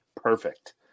Perfect